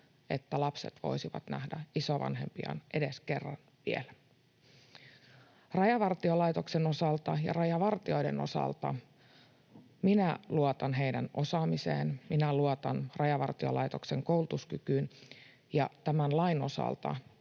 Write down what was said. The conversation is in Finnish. että lapset voisivat nähdä isovanhempiaan edes kerran vielä. Rajavartiolaitoksen osalta ja rajavartijoiden osalta minä luotan heidän osaamiseensa, minä luotan Rajavartiolaitoksen koulutuskykyyn, ja tämän lain osalta